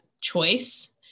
choice